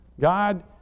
God